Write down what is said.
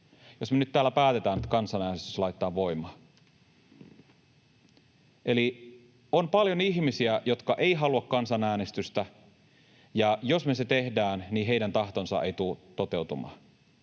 jos me nyt täällä päätämme, että kansanäänestys laitetaan voimaan. Eli on paljon ihmisiä, jotka eivät halua kansanäänestystä, ja jos me sen teemme, niin heidän tahtonsa ei tule toteutumaan.